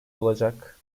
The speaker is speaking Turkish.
olacak